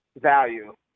Value